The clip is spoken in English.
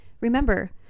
Remember